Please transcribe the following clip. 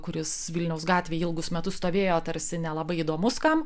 kuris vilniaus gatvėje ilgus metus stovėjo tarsi nelabai įdomus kam